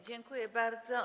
Dziękuję bardzo.